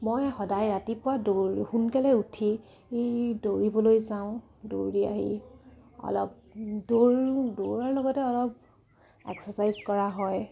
মই সদায় ৰাতিপুৱা দৌৰ সোনকালে উঠি দৌৰিবলৈ যাওঁ দৌৰি আহি অলপ দৌৰো দৌৰাৰ লগতে অলপ এক্সাৰচাইজ কৰা হয়